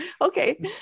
okay